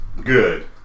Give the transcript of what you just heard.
good